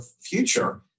future